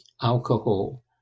alcohol